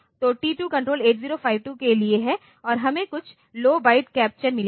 तो T2CON 8052 के लिए है और हमें कुछ लौ बाइट कैप्चर मिले हैं